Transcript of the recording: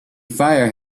fire